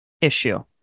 issue